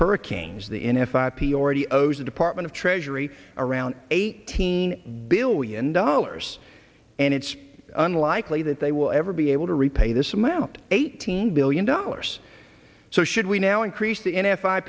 hurricanes the in f i p already owes the department of treasury around eighteen billion dollars and it's unlikely that they will ever be able to repay this amount eighteen billion dollars so should we now increase the n